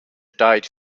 died